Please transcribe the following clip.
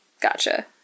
gotcha